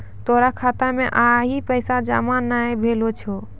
तोरो खाता मे आइ पैसा जमा नै भेलो छौं